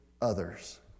others